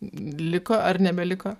liko ar nebeliko